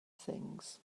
things